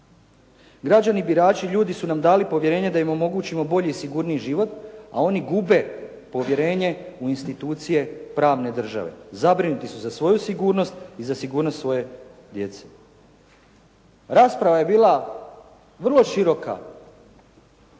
Građani birači ljudi su nam dali povjerenje da im omogućimo bolji i sigurniji život, a oni gube povjerenje u institucije pravne države. Zabrinuti su za svoju sigurnost i za sigurnost svoje djece. Rasprava je bila vrlo široka.